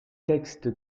textes